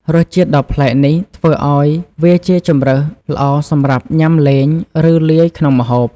រសជាតិដ៏ប្លែកនេះធ្វើឲ្យវាជាជម្រើសល្អសម្រាប់ញ៉ាំលេង ឬលាយក្នុងម្ហូប។